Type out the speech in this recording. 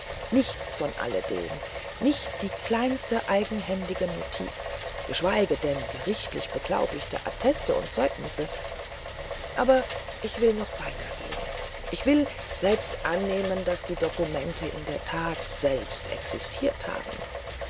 nichts von alledem nicht die kleinste eigenhändige notiz geschweige denn gerichtlich beglaubigte atteste und zeugnisse aber ich will noch weiter gehen ich will selbst annehmen daß die dokumente in der that selbst existiert haben